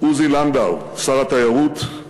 עוזי לנדאו, שר התיירות,